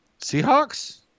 Seahawks